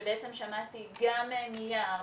ששמעתי גם מיער,